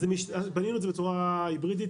בנינו את זה בצורה היברידית.